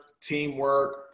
teamwork